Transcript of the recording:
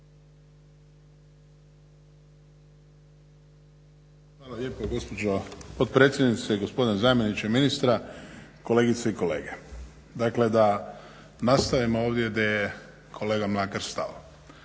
Hvala lijepo gospođo potpredsjedniče i gospodine zamjeniče ministra, kolegice i kolege. Dakle, da nastavim ovdje gdje je kolega Mlakar stao.